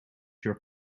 your